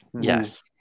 Yes